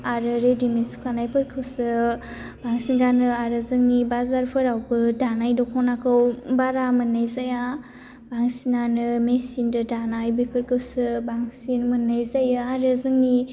आरो रेडीमेड सुखानायफोरखौसो बांसिन गानो आरो जोंनि बाजारफोरावबो दानाय दख'नाखौ बारा मोन्नाय जाया बांसिनानो मेसिनजों दानाय बेफोरखौसो बांसिन मोन्नाय जायो आरो जोंनि